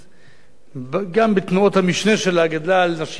גם בתנועות המשנה שלה, גדלה על נשים ושוויון נשים.